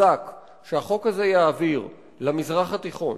החזק שהחוק הזה יעביר למזרח התיכון,